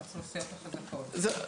באוכלוסיות החזקות.